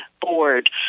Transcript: board